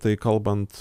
tai kalbant